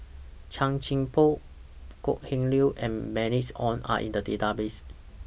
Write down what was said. Chan Chin Bock Kok Heng Leun and Bernice Ong Are in The Database